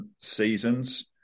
seasons